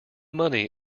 money